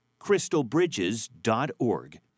crystalbridges.org